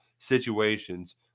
situations